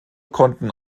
konnten